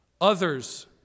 Others